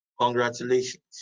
congratulations